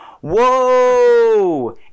Whoa